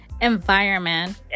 environment